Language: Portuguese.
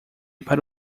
para